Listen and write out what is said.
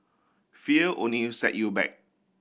fear only set you back